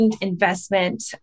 investment